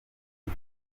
nic